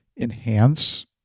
enhance